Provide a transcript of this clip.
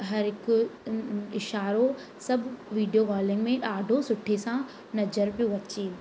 हर हिकु इशारो सभु वीडियो कॉलिंग में ॾाढो सुठे सां नज़रु पियो अचे